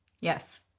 Yes